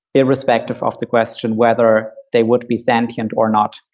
irrespective of the question whether they would be sentient or not.